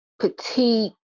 petite